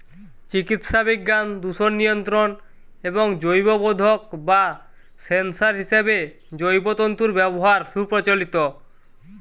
চিকিৎসাবিজ্ঞান, দূষণ নিয়ন্ত্রণ এবং জৈববোধক বা সেন্সর হিসেবে জৈব তন্তুর ব্যবহার সুপ্রচলিত